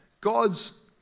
God's